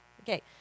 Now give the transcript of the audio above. Okay